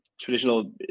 traditional